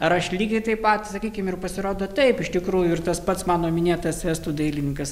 ar aš lygiai taip pat sakykim ir pasirodo taip iš tikrųjų ir tas pats mano minėtas estų dailininkas